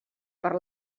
per